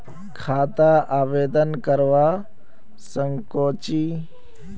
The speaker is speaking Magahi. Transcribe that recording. खाता आवेदन करवा संकोची?